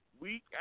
Week